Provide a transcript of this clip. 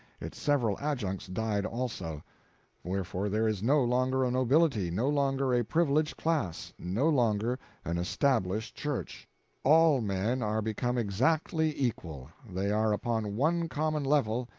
its several adjuncts died also wherefore there is no longer a nobility, no longer a privileged class, no longer an established church all men are become exactly equal they are upon one common level,